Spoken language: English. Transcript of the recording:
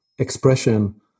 expression